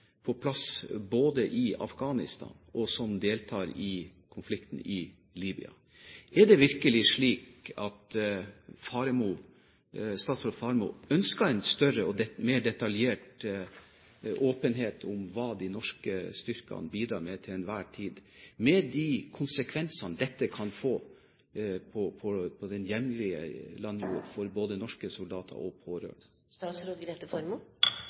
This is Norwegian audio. på plass både i Afghanistan og i Libya, der de deltar i konflikten. Er det virkelig slik at statsråd Faremo ønsker en større og mer detaljert åpenhet om hva de norske styrkene bidrar med til enhver tid, med de konsekvensene dette kan få på den hjemlige landjord for både norske soldater og pårørende?